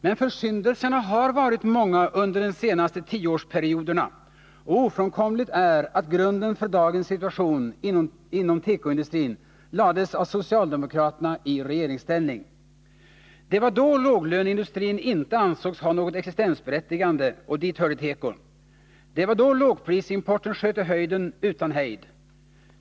Men försyndelserna har varit många under de senaste tioårsperioderna, och ofrånkomligt är att grunden för dagens situation inom tekoindustrin lades av socialdemokraterna i regeringsställning. Det var då låglöneindustrin inte ansågs ha något existensberättigande, och dit hörde tekon. Det var då lågprisimporten sköt i höjden utan hejd.